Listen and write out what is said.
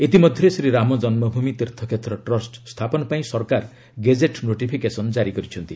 ଇତିମଧ୍ୟରେ ଶ୍ରୀ ରାମ ଜନ୍ମଭୂମି ତୀର୍ଥକ୍ଷେତ୍ର ଟ୍ରଷ୍ଟ ସ୍ଥାପନ ପାଇଁ ସରକାର ଗେଜେଟ୍ ନୋଟିଫିକେସନ୍ ଜାରି କରିଛନ୍ତି